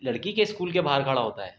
لڑکی کے اسکول کے باہر کھڑا ہوتا ہے